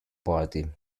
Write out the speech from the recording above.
party